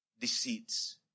deceits